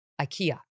Ikea